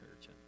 Church